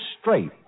straight